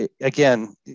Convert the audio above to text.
Again